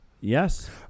Yes